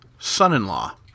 Son-in-law